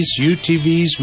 UTVs